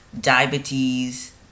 diabetes